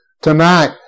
tonight